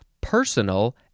personal